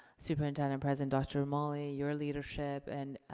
superintendent-president dr. romali, your leadership. and,